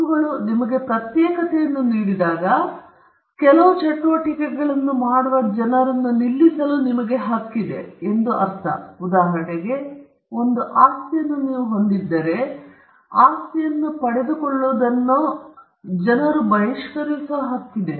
ಹಕ್ಕುಗಳು ನಿಮಗೆ ಪ್ರತ್ಯೇಕತೆಯನ್ನು ನೀಡಿದಾಗ ಕೆಲವು ಚಟುವಟಿಕೆಗಳನ್ನು ಮಾಡುವ ಜನರನ್ನು ನಿಲ್ಲಿಸಲು ನಿಮಗೆ ಹಕ್ಕಿದೆ ಎಂದು ಅರ್ಥ ಉದಾಹರಣೆಗೆ ನೀವು ಒಂದು ಆಸ್ತಿಯನ್ನು ಹೊಂದಿದ್ದರೆ ಆಸ್ತಿಯನ್ನು ಪಡೆದುಕೊಳ್ಳುವುದನ್ನು ಜನರು ಬಹಿಷ್ಕರಿಸುವ ಹಕ್ಕಿದೆ